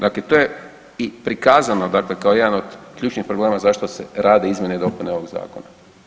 Dakle, to je i prikazano dakle kao jedan od ključnih problema zašto se rade izmjene i dopune ovog zakona.